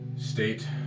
State